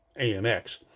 AMX